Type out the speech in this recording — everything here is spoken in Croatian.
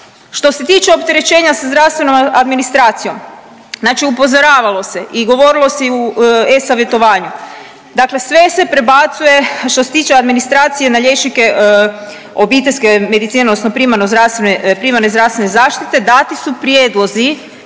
Što se tiče opterećenja sa zdravstvenom administracijom, znači upozoravalo se i govorilo se i u eSavjetovanju, dakle sve se prebacuje što se tiče administracije na liječnike obiteljske medicine odnosno primarne zdravstvene zaštite dati su prijedlozi